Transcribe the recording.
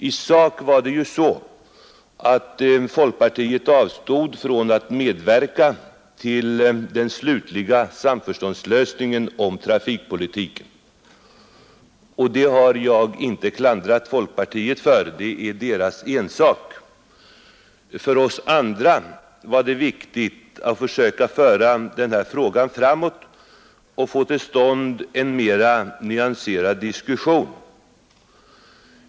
I sak var det ju så, att folkpartiet avstod från att medverka till den slutliga samförståndslösningen om trafikpolitiken — och det har jag inte klandrat folkpartiet för; det är folkpartiets ensak. För oss andra var det viktigt att försöka föra den här frågan framåt och få till stånd en mera nyanserad diskussion.